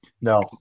No